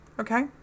Okay